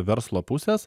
verslo pusės